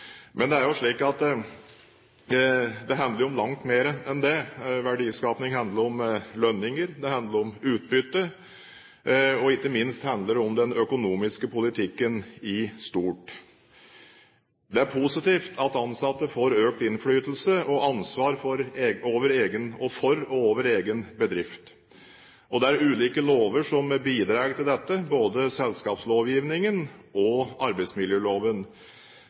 Men det handler om langt mer enn det. Verdiskaping handler om lønninger, det handler om utbytte, og ikke minst handler det om den økonomiske politikken i stort. Det er positivt at ansatte får økt innflytelse og ansvar for egen bedrift. Det er ulike lover som bidrar til dette, både selskapsloven og arbeidsmiljøloven.